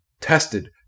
tested